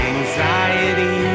Anxiety